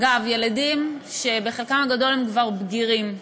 אגב, ילדים שחלקם הגדול הם כבר בגירים.